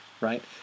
right